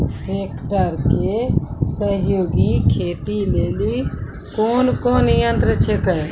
Tractor के सहयोगी खेती लेली कोन कोन यंत्र छेकै?